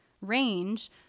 range